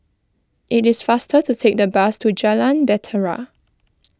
it is faster to take the bus to Jalan Bahtera